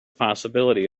possibility